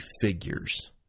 figures